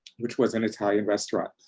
which was an italian restaurant.